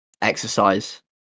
exercise